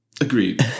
Agreed